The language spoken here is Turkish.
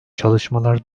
çalışmalar